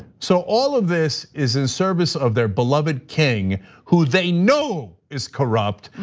so all of this is in service of their beloved king who they know is corrupt,